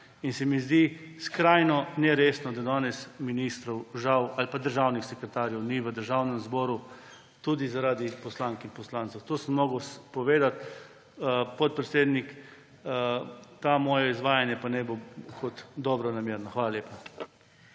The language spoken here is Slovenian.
In se mi zdi skrajno neresno, da danes ministrov ali pa državnih sekretarjev žal ni v Državnem zboru. Tudi zaradi poslank in poslancev. To sem moral povedati. Podpredsednik, to moje izvajanje pa naj bo kot dobronamerno. Hvala lepa.